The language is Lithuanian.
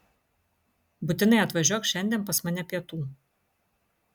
būtinai atvažiuok šiandien pas mane pietų